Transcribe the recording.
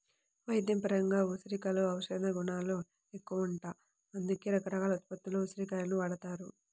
వైద్యపరంగా ఉసిరికలో ఔషధగుణాలెక్కువంట, అందుకే రకరకాల ఉత్పత్తుల్లో ఉసిరి కాయలను వాడతారు